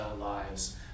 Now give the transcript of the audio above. lives